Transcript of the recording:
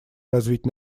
развить